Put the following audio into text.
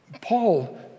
Paul